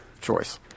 choice